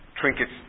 trinkets